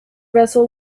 vessel